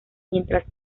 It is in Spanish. mientras